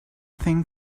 thing